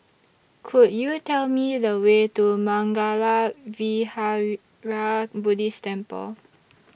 Could YOU Tell Me The Way to Mangala Vihara Buddhist Temple